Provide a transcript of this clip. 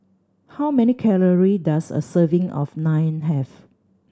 how many calorie does a serving of Naan have